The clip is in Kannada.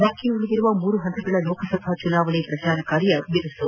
ಬಾಕಿ ಉಳಿದಿರುವ ಮೂರು ಹಂತಗಳ ಲೋಕಸಭಾ ಚುನಾವಣೆ ಪ್ರಚಾರ ಕಾರ್ಯ ಬಿರುಸು